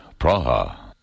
Praha